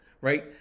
right